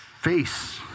face